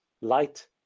light